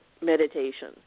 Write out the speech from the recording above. meditation